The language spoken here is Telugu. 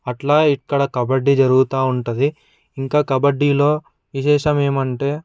అట్లా ఇక్కడ కబడ్డీ జరుగుతూ ఉంటుంది ఇంకా కబడ్డీలో విశేషం ఏమంటే